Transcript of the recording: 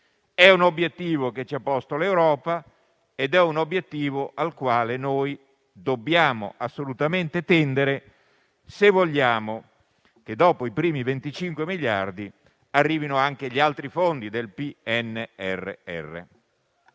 È un obiettivo che ci ha posto l'Europa e al quale dobbiamo assolutamente tendere, se vogliamo che, dopo i primi 25 miliardi, arrivino anche gli altri fondi del PNRR.